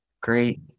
great